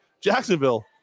Jacksonville